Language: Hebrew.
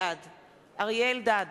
בעד אריה אלדד,